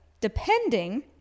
depending